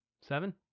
Seven